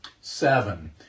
seven